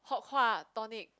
Hock-Hwa Tonic